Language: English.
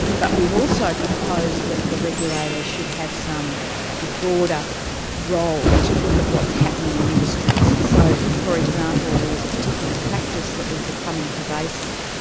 but we've also proposed that the regulator should have some sort of broader role to look at what's happening in industries. so if for example there was a particular practice that was becoming pervasive,